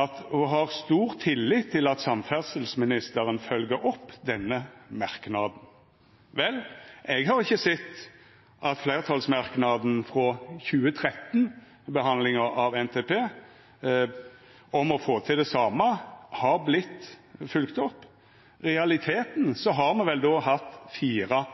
at ho har stor tillit til at samferdselsministeren følgjer opp denne merknaden. Vel, eg har ikkje sett at fleirtalsmerknaden frå 2013, ved behandlinga av NTP, om å få til det same, er vorten følgt opp. I realiteten har me vel då hatt fire